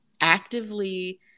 actively